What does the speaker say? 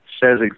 says